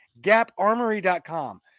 GapArmory.com